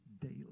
daily